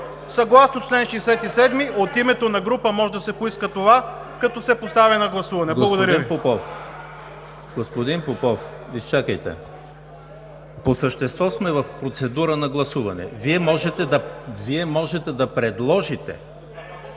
Съгласно чл. 67 от името на група може да се поиска това, като се постави на гласуване. Благодаря Ви. ПРЕДСЕДАТЕЛ ЕМИЛ ХРИСТОВ: Господин Попов, изчакайте. По същество сме в процедура на гласуване. Вие можете да предложите